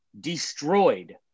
destroyed